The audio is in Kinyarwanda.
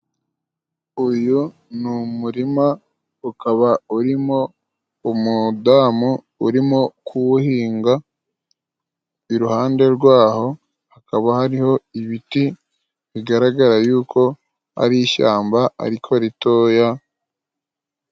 Uyu ni umurima ukaba urimo umudamu urimo kuwuhinga, iruhande rwaho hakaba hariho ibiti bigaragara yuko ari ishyamba ariko ritoya.